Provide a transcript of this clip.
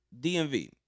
DMV